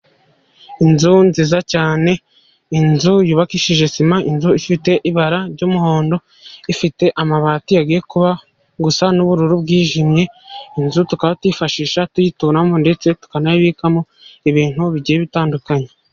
Inzu nziza cyane, inzu yubakishije sima, inzu ifite ibara ry'umuhondo, ifite amabati yagiye kuba gusa n'ubururu bwijmye, inzu tukayifashisha tuyituramo ndetse tukanabikamo ibintu bigiye bitandukanye.